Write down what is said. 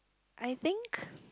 I think